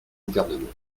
gouvernement